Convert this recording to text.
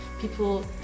people